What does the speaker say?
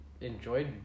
enjoyed